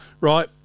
right